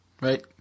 right